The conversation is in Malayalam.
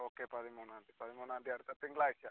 ഓക്കെ പതിമൂന്നാംതീയതി പതിമൂന്നാംതീയതി അടുത്ത തിങ്കളാഴ്ച്ച